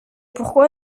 pourquoi